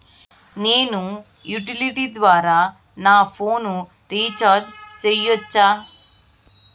నేను యుటిలిటీ ద్వారా నా ఫోను రీచార్జి సేయొచ్చా?